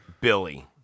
Billy